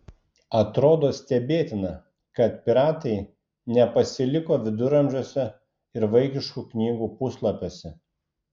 atrodo stebėtina kad piratai nepasiliko viduramžiuose ir vaikiškų knygų puslapiuose